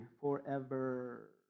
forever